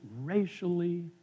racially